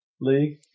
League